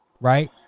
Right